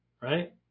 right